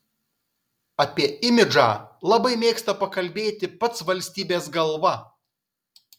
apie imidžą labai mėgsta pakalbėti pats valstybės galva